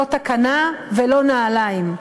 לא תקנה ולא נעליים.